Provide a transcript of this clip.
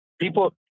people